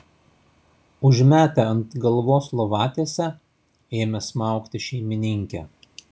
užmetę ant galvos lovatiesę ėmė smaugti šeimininkę